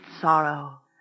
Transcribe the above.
sorrow